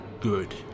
Good